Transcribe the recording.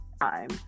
time